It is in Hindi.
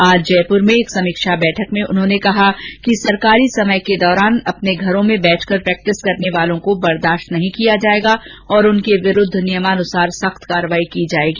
आज जयपुर में आयोजित समीक्षा बैठक में उन्होंने कहा कि राजकीय समय के दौरान अपने घरों में बैठकर प्रेक्टिस करने वालों को बर्दाश्त नहीं किया जाएगा और उनके विरुद्ध नियमानुसार सख्त कार्यवाही की जायेगी